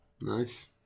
Nice